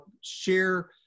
share